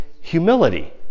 humility